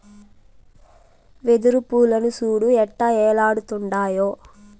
వెదురు పూలను సూడు ఎట్టా ఏలాడుతుండాయో